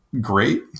great